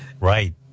Right